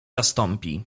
zastąpi